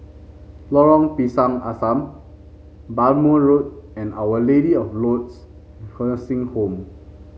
Lorong Pisang Asam Bhamo Road and Our Lady of Lourdes Nursing Home